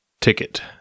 ticket